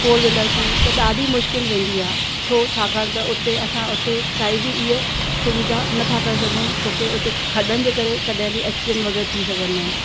four wheeler थी त ॾाढी मुश्किल वेंदी आहे छो छाकाणि त उते असां उते काई बि इअं सुविधा नथा करे सघूं छोकी उते खॾनि जे करे कॾहिं बि एक्सीडेंट वग़ैरह थी सघंदा आहिनि